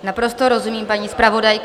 Naprosto rozumím, paní zpravodajko.